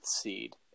seed